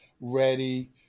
ready